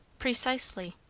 precisely.